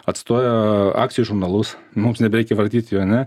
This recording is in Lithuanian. atstoja akcijų žurnalus mums nebereikia vartyti jų ane